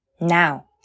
Now